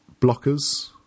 Blockers